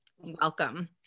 Welcome